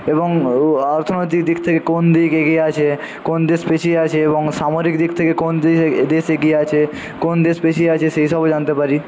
এবং অর্থনৈতিক দিক থেকে কোন দিক এগিয়ে আছে কোন দেশ পিছিয়ে আছে এবং সামরিক দিক থেকে কোন দেশ এগিয়ে আছে কোন দেশ পিছিয়ে আছে সে সব জানতে পারি